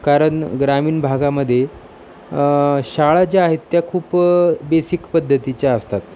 कारण ग्रामीण भागामध्ये शाळा ज्या आहेत त्या खूप बेसीक पद्धतीच्या असतात